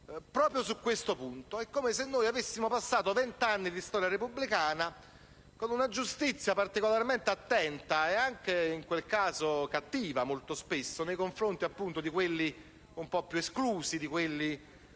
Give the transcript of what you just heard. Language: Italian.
proprio su questo punto. È come se noi avessimo passato vent'anni di storia repubblicana con una giustizia particolarmente attenta e molto spesso cattiva nei confronti di quelli un po' più esclusi, di quelli